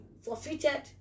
forfeited